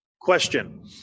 question